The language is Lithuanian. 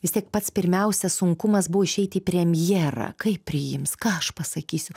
vis tiek pats pirmiausia sunkumas buvo išeit į premjerą kaip priims ką aš pasakysiu